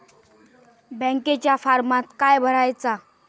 बँकेच्या फारमात काय भरायचा?